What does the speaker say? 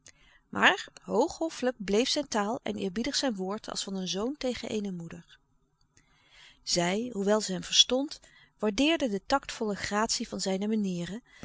maar hoog hoffelijk bleef zijn taal en eerbiedig zijn woord als van een zoon tegen eene moeder zij hoewel ze hem verstond waardeerde de tactvolle gratie van zijne manieren